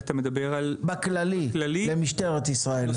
בכללי, למשטרת ישראל?